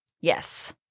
Yes